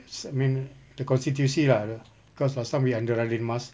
s~ I mean the konstitusi lah the cause last time we're under radin mas